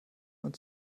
und